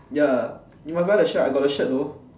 ya you must buy the shirt I got the shirt though